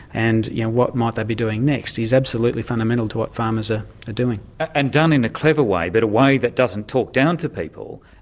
and yeah what might they be doing next, is absolutely fundamental to what farmers are ah doing. and done in a clever way, but a way that doesn't talk down to people,